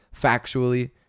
factually